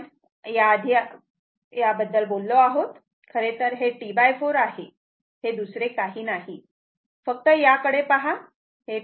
आपण याआधी याबद्दल बोललो आहोत खरेतर हे T4 आहे हे दुसरे नाही फक्त याकडे पहा